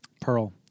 Pearl